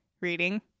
reading